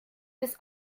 bis